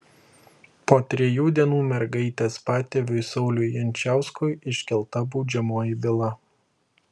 po trijų dienų mergaitės patėviui sauliui jančiauskui iškelta baudžiamoji byla